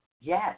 Yes